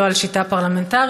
לא על שיטה פרלמנטרית.